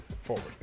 Forward